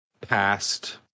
past